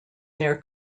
their